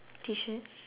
T-shirt